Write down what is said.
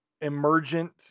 emergent